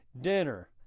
dinner